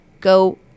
go